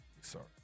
sorry